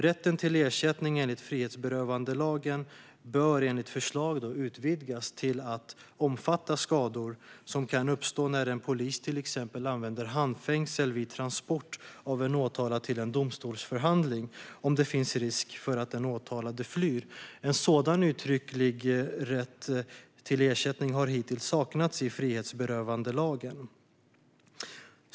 Rätten till ersättning enligt frihetsberövandelagen bör enligt förslaget utvidgas till att omfatta skador som kan uppstå när till exempel en polis använder handfängsel vid transport av en åtalad till en domstolsförhandling, om det finns risk för att den åtalade flyr. En sådan uttrycklig rätt till ersättning har hittills saknats i frihetsberövandelagen.